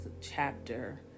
chapter